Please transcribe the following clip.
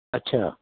अच्छा